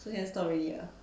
so can stop already ah